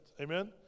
Amen